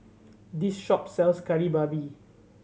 this shop sells Kari Babi